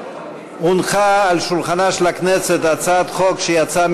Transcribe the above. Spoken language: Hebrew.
הונחה על שולחנה של הכנסת הצעת חוק שיצאה